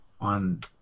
on